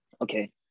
Okay